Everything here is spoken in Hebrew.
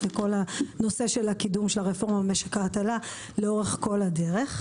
ובנושא של קידום הרפורמה במשק ההטלה לאורך כל הדרך.